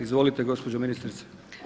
Izvolite gospođo ministrice.